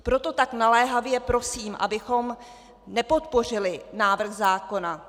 Proto tak naléhavě prosím, abychom nepodpořili návrh zákona.